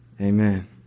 Amen